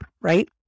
right